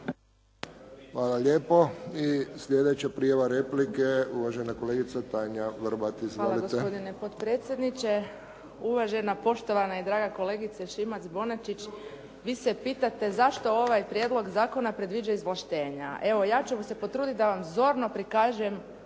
Hvala lijepo. I sljedeća prijava replike, uvažena kolegica Tanja Vrbat. Izvolite. **Vrbat Grgić, Tanja (SDP)** Hvala gospodine potpredsjedniče. Uvažena, poštovana i draga kolegice Šimac-Bonačić, vi se pitate zašto ovaj prijedlog zakona predviđa izvlaštenja? Evo ja ću vam se potruditi da vam zorno prikažem